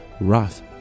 wrath